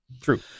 True